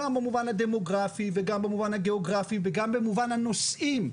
גם במובן הדמוגרפי וגם במובן הגיאוגרפי וגם במובן הנושאים.